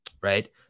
right